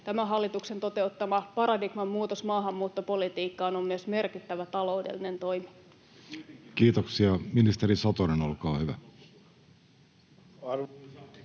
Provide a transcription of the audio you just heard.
tämän hallituksen toteuttama paradigman muutos maahanmuuttopolitiikkaan on myös merkittävä taloudellinen toimi. Kiitoksia. — Ministeri Satonen, olkaa hyvä.